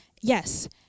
Yes